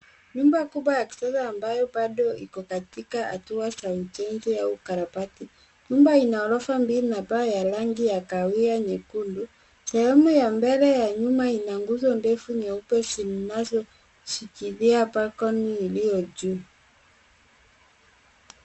Nyumba kubwa ya kisasa ambayo bado iko katika hatua za ujenzi au karabati. Nyumba ina ghorofa mbili na paa ya rangi ya kahawia nyekundu. Sehemu ya mbele ya nyuma ina nguzo nyeupe zinazoshikilia balkoni iliyo juu.